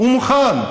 הוא מוכן.